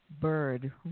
Bird